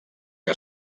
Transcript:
que